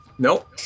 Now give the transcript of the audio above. Nope